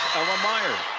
ella meyer.